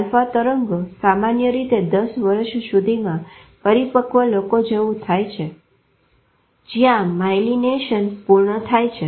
alpha તરંગો સામાન્ય રીતે 10 વર્ષ સુધીમાં પરિપક્વ લોકો જેવું થાય છે જ્યાં માયલીનેશન પૂર્ણ થાય છે